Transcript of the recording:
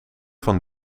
van